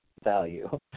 value